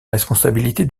responsabilité